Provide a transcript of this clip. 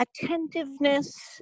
Attentiveness